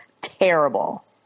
terrible